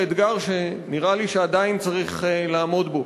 לאתגר שנראה לי שעדיין צריך לעמוד בו,